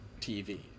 TV